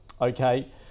Okay